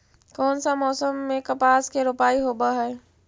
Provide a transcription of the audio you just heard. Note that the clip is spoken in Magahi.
कोन सा मोसम मे कपास के रोपाई होबहय?